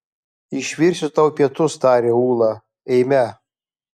išvirsiu tau pietus taria ūla eime